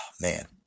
Man